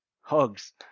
hugs